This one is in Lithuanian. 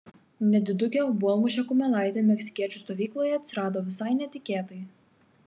nedidukė obuolmušė kumelaitė meksikiečių stovykloje atsirado visai netikėtai